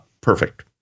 Perfect